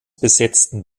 besetzten